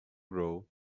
grow